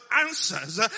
answers